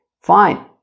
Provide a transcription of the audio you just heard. fine